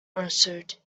answered